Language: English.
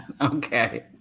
okay